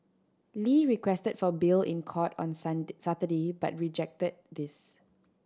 lee requested for bail in court on Saturday but rejected this